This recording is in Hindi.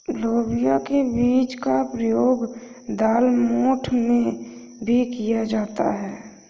लोबिया के बीज का प्रयोग दालमोठ में भी किया जाता है